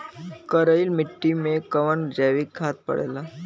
करइल मिट्टी में कवन जैविक खाद पड़ेला?